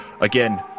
again